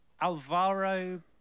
Alvaro